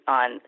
on